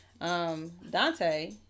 Dante